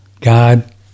God